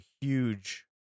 huge